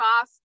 off